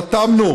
חתמנו